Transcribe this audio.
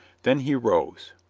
then he rose.